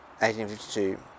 1852